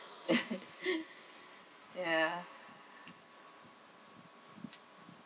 ya